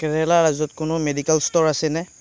কেৰেলা ৰাজ্যত কোনো medical store আছেনে